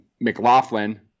McLaughlin